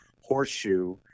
horseshoe